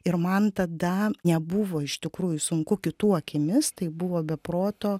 ir man tada nebuvo iš tikrųjų sunku kitų akimis tai buvo be proto